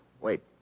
Wait